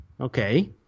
Okay